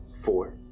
four